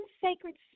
sacred